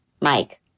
Mike